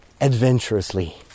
adventurously